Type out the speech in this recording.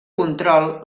control